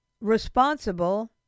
responsible